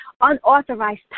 unauthorized